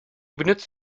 benutzt